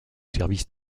service